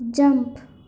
jump